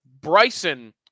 Bryson